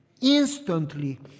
instantly